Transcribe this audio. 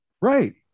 Right